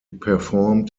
performed